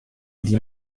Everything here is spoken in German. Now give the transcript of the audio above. die